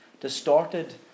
distorted